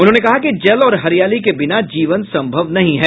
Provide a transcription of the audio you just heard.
उन्होंने कहा कि जल और हरियाली के बिना जीवन संभव नहीं है